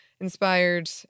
inspired